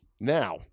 Now